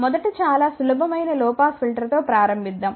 మొదట చాలా సులభమైన లొ పాస్ ఫిల్టర్తో ప్రారంభిద్దాం